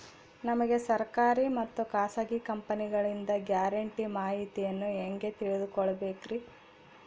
ನಮಗೆ ಸರ್ಕಾರಿ ಮತ್ತು ಖಾಸಗಿ ಕಂಪನಿಗಳಿಂದ ಗ್ಯಾರಂಟಿ ಮಾಹಿತಿಯನ್ನು ಹೆಂಗೆ ತಿಳಿದುಕೊಳ್ಳಬೇಕ್ರಿ?